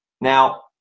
Now